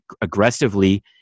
aggressively